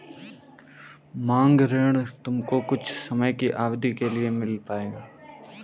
मांग ऋण तुमको कुछ समय की अवधी के लिए ही मिल पाएगा